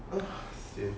sian